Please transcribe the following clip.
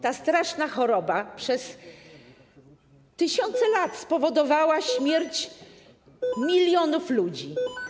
Ta straszna choroba przez tysiące lat powodowała śmierć milionów ludzi.